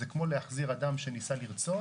זה כמו להחזיר אדם שניסה לרצוח